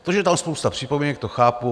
To, že je tam spousta připomínek, to chápu.